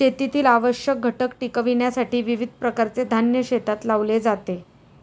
शेतीतील आवश्यक घटक टिकविण्यासाठी विविध प्रकारचे धान्य शेतात लावले जाते